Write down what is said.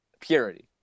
purity